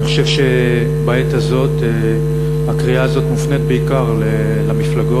אני חושב שבעת הזאת הקריאה הזאת מופנית בעיקר למפלגות,